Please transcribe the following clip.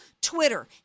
Twitter